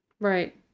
Right